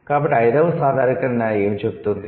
కాబట్టి ఐదవ సాధారణీకరణ ఏమి చెబుతుంది